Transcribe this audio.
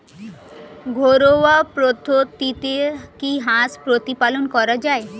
ঘরোয়া পদ্ধতিতে কি হাঁস প্রতিপালন করা যায়?